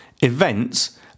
events